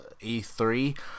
E3